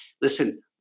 listen